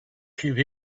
few